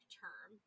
term